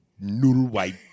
noodle-white